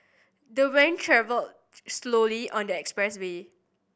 the van travelled slowly on the expressway